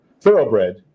thoroughbred